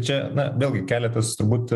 čia na vėlgi keletas turbūt